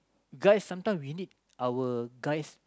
guys sometime we need our guys